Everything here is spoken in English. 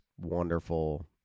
wonderful